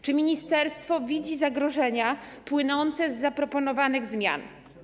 Czy ministerstwo widzi zagrożenia płynące z zaproponowanych zmian?